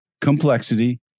complexity